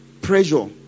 pressure